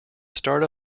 start